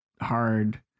hard